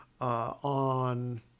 on